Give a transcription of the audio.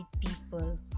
people